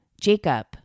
Jacob